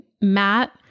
Matt